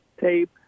tape